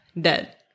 dead